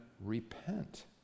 repent